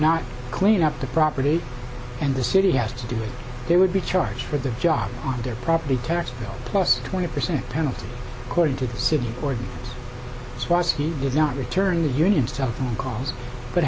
not cleanup the property and the city has to do it there would be a charge for the job on their property tax bill plus twenty percent penalty according to the city board which was he did not return the union cell phone calls but